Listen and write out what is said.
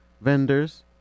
Vendors